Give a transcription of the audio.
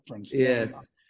yes